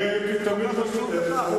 הייתי, תמיד, חבר